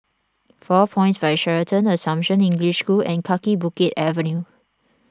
four Points By Sheraton Assumption English School and Kaki Bukit Avenue